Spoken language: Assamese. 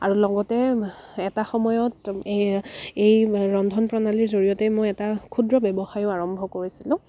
আৰু লগতে এটা সময়ত এই এই ৰন্ধন প্ৰণালীৰ জৰিয়তে মই এটা ক্ষুদ্ৰ ব্যৱসায়ো আৰম্ভ কৰিছিলোঁ